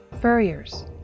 furriers